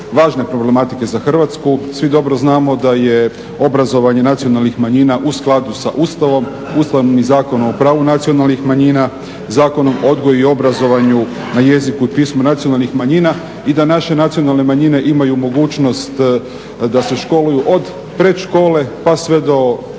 važne problematike za Hrvatsku. Svi dobro znamo da je obrazovanje nacionalnih manjina u skladu sa Ustavom, ustavnim Zakonom o pravu nacionalnih manjina, Zakonu o odgoju i obrazovanju na jeziku i pismu nacionalnih manjina i da naše nacionalne manjine imaju mogućnost da se školuju od predškole pa sve do